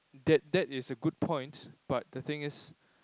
that that is a good point but the thing is